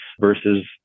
versus